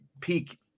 peak